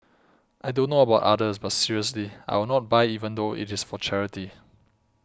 I don't know about others but seriously I will not buy even though it is for charity